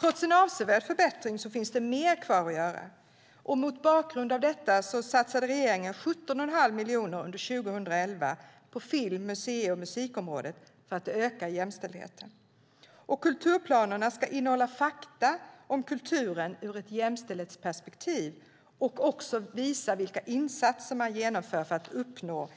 Trots en avsevärd förbättring finns det mer kvar att göra. Mot bakgrund av detta satsade regeringen 17 1⁄2 miljon kronor under 2011 på film-, musei och musikområdet för att öka jämställdheten. Kulturplanerna ska innehålla fakta om kulturen ur ett jämställdhetsperspektiv och även visa vilka insatser man genomför för att uppnå